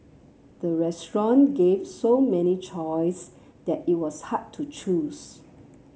the restaurant gave so many choice that it was hard to choose